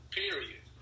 period